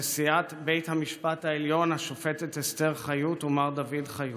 נשיאת בית המשפט העליון השופטת אסתר חיות ומר דוד חיות,